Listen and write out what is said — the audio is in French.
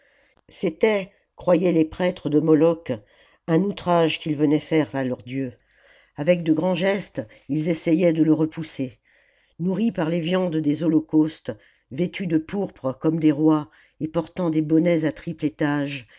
c'était croyaient les prêtres de moloch un outrage qu'il venait faire à leur dieu avec de grands gestes ils essayaient de le repousser nourris par les viandes des holocaustes vêtus de pourpre comme des rois et portant des bonnets à triple étage